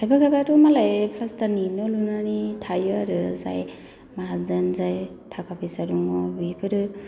खायफा खायफा थ' मालाय फ्लासथारनि न' लुनानै थायो आरो जाय माहाजोन जाय थाखा फैसा दङ बेफोरो